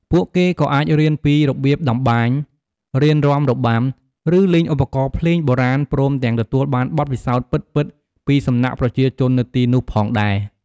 ពួកគេក៏អាចរៀនពីរបៀបតម្បាញ រៀនរាំរបាំ ឬលេងឧបករណ៍ភ្លេងបុរាណព្រមទាំងទទួលបានបទពិសោធន៍ពិតៗពីសំណាក់ប្រជាជននៅទីនោះផងដែរ។